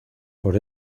por